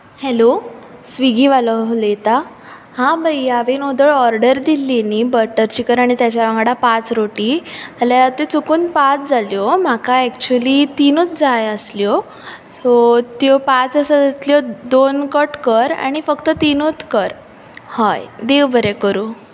hello Swiggy वालो उलयता हां भैया हांवें व्हदळ ऑर्डर दिल्ली न्ही बटर चिकन आनी तेज्या वांगडा पांच रोटी त्यो चुकून पांच जाल्यो म्हाका एक्चुली तिनूच जाय आशिल्ल्यो सो त्यो पांच आसात तांतल्यो दोन कट कर आनी फकत तिनूच कर हय देव बरें करूं